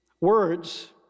words